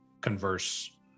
converse